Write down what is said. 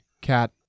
cat